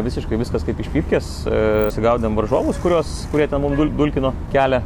visiškai viskas kaip iš pypkės pasigaudėm varžovus kuriuos kurie ten mum dul dulkino kelią